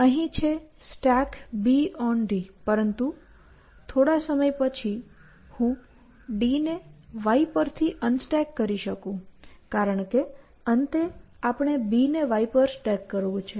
જેમ કે અહીં છે StackB D પરંતુ થોડા સમય પછી હું D ને y પર થી અનસ્ટેક કરી શકું કારણ કે અંતે આપણે B ને y પર સ્ટેક કરવું છે